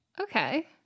Okay